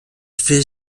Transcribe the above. fait